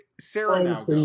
Sarah